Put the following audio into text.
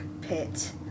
pit